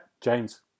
James